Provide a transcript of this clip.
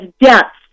deaths